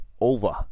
over